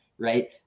right